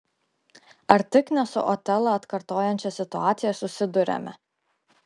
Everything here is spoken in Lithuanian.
ar tik ne su otelą atkartojančia situacija susiduriame